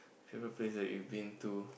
favourite place that you've been to